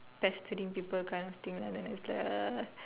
pestering people kind of thing lah it's like uh